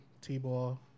t-ball